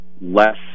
less